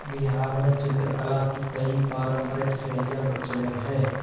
बिहार में चित्रकला की कई पारंपरिक शैलियाँ प्रचलित है